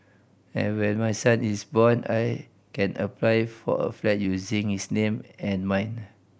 and when my son is born I can apply for a flat using his name and mine